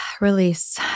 Release